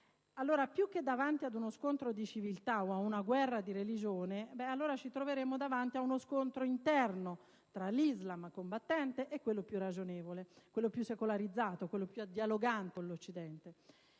Allora, più che davanti ad uno scontro di civiltà o a una guerra di religione, ci troveremmo davanti ad uno scontro interno tra l'Islam combattente e quello più «ragionevole», quello più secolarizzato, quello più dialogante con l'Occidente.